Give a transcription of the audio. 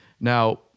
Now